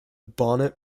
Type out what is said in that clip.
bonnet